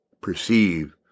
perceive